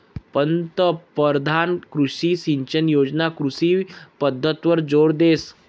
पंतपरधान कृषी सिंचन योजना कृषी पद्धतवर जोर देस